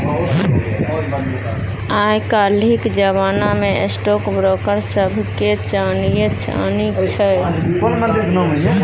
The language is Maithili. आय काल्हिक जमाना मे स्टॉक ब्रोकर सभके चानिये चानी छै